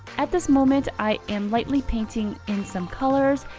at this moment i am lightly painting in some colors.